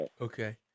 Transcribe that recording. Okay